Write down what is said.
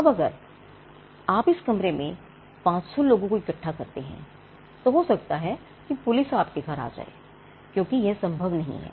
अब अगर आप इस कमरे में 500 लोगों को इकट्ठा करते हैं तो हो सकता है यह पुलिस आपके घर आ जाए क्योंकि यह संभव नहीं है